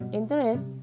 interest